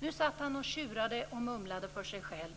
Nu satt han och tjurade och mumlade för sig själv: